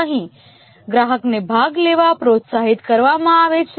અહીં ગ્રાહકને ભાગ લેવા પ્રોત્સાહિત કરવામાં આવે છે